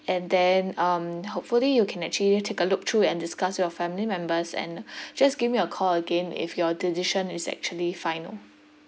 and then um hopefully you can actually take a look through and discuss with your family members and just give me a call again if your decision is actually final